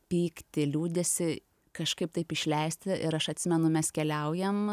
pyktį liūdesį kažkaip taip išleisti ir aš atsimenu mes keliaujam